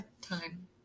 time